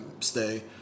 stay